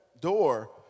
door